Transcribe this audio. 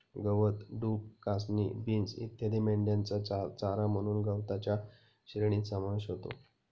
गवत, डूब, कासनी, बीन्स इत्यादी मेंढ्यांचा चारा म्हणून गवताच्या श्रेणीत समावेश होतो